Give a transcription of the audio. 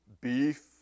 beef